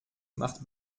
macht